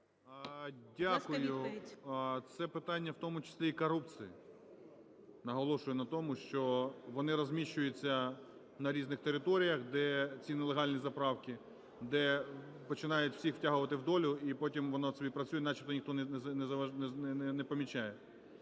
Дякую. Це питання, в тому числі і корупції. Наголошую на тому, що вони розміщуються на різних територіях, де ці нелегальні заправки, де починають всіх втягувати "в долю", і потім воно собі працює, начебто ніхто не помічає.